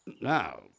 Now